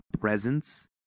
presence